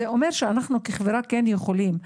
וזה אומר שאנחנו כחברה כן יכולים.